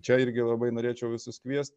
čia irgi labai norėčiau visus kviest